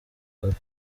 cafe